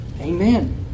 Amen